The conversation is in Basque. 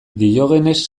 diogenes